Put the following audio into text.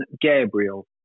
Gabriel